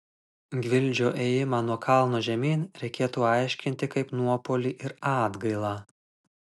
gvildžio ėjimą nuo kalno žemyn reikėtų aiškinti kaip nuopuolį ir atgailą